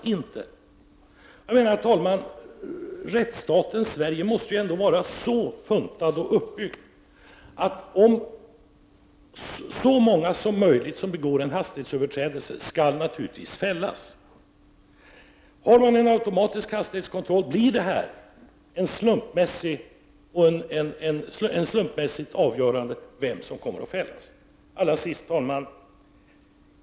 Jag menar, herr talman, att rättsstaten Sverige måste väl ändå vara så funtad och uppbyggd att så många som möjligt som begår en hastighetsöverträdelse naturligtvis skall fällas. Har man en automatisk hastighetskontroll blir det ett slumpmässigt avgörande av vem som skall fällas. Allra sist, herr talman!